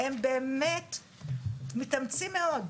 הם באמת מתאמצים מאוד.